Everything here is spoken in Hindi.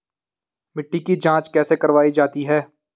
मिट्टी की जाँच कैसे करवायी जाती है?